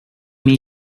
min